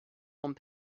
one